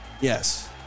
Yes